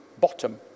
bottom